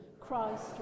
Christ